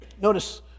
notice